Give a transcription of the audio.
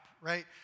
right